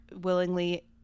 willingly